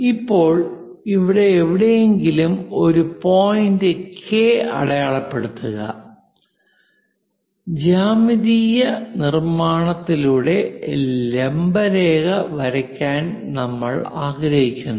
ഇപ്പോൾ ഇവിടെ എവിടെയെങ്കിലും ഒരു പോയിന്റ് കെ അടയാളപ്പെടുത്തുക ജ്യാമിതീയ നിർമ്മാണത്തിലൂടെ ലംബ രേഖ വരയ്ക്കാൻ നമ്മൾ ആഗ്രഹിക്കുന്നു